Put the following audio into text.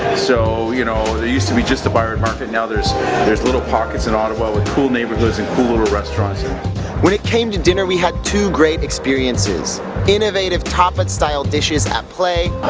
so you know there used to be just the byward market. now there's there's little pockets in ottawa where cool neighbourhoods and cool little restaurants. when it came to dinner we had two great experiences innovative tapa styled dishes at play